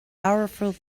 powerful